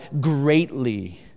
greatly